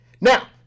Now